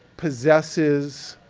possesses